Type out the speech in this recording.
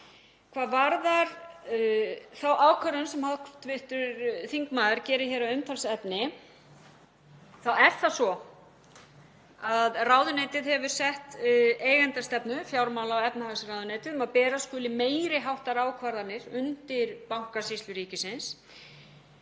Hvað varðar þá ákvörðun sem hv. þingmaður gerir hér að umtalsefni þá er það svo að ráðuneytið hefur sett eigendastefnu, fjármála- og efnahagsráðuneytið, um að bera skuli meiri háttar ákvarðanir undir Bankasýslu ríkisins.